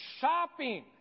shopping